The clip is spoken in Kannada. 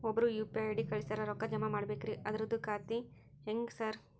ಒಬ್ರು ಯು.ಪಿ.ಐ ಐ.ಡಿ ಕಳ್ಸ್ಯಾರ ರೊಕ್ಕಾ ಜಮಾ ಮಾಡ್ಬೇಕ್ರಿ ಅದ್ರದು ಖಾತ್ರಿ ಹೆಂಗ್ರಿ ಸಾರ್?